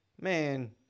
Man